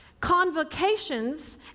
Convocations